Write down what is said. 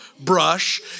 brush